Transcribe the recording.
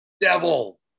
Devil